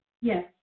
Yes